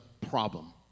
problem